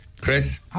Chris